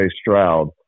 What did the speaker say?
Stroud